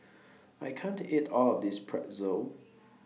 I can't eat All of This Pretzel